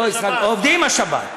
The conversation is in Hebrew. לא, ישראל, עובדים בשבת.